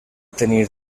tenir